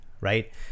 right